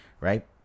right